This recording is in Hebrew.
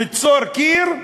ניצור קיר,